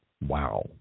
wow